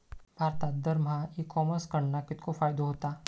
भारतात दरमहा e commerce कडणा कितको फायदो होता?